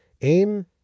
aim